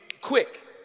quick